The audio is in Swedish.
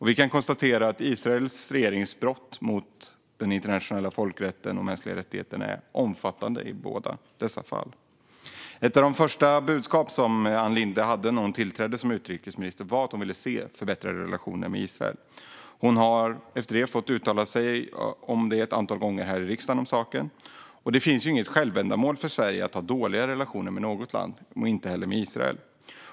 Vi kan konstatera att Israels regerings brott mot den internationella folkrätten och mot mänskliga rättigheter är omfattande i båda dessa fall. Ett av de första budskap Ann Linde hade när hon tillträde som utrikesminister var att hon ville se förbättrade relationer med Israel. Hon har därefter fått uttala sig om saken ett antal gånger här i riksdagen. Det finns inget självändamål för Sverige att ha dåliga relationer med något land, inte heller med Israel.